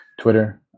Twitter